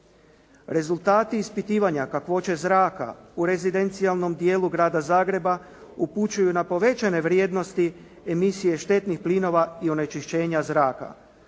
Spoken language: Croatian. Rezultati ispitivanja kakvoće zraka u rezidencijalnom dijelu grada Zagreba upućuju na povećane vrijednosti emisije štetnih plinova i onečišćenja zraka.